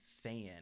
fan